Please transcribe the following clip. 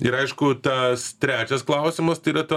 ir aišku tas trečias klausimas tai yra ta